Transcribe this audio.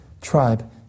tribe